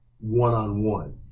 one-on-one